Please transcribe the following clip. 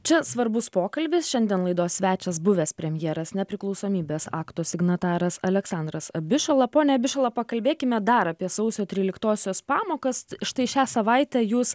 čia svarbus pokalbis šiandien laidos svečias buvęs premjeras nepriklausomybės akto signataras aleksandras abišala pone abišala pakalbėkime dar apie sausio tryliktosios pamokas štai šią savaitę jūs